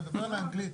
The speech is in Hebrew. אני מדבר על אנגלית.